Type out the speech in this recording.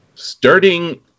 Starting